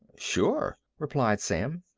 sure, replied sam.